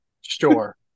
Sure